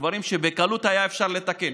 דברים שבקלות היה אפשר לתקן,